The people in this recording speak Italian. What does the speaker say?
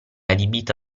adibita